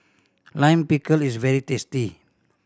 Lime Pickle is very tasty